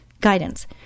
Guidance